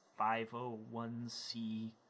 501c